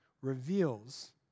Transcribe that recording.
reveals